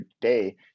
day